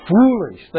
foolish